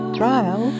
trial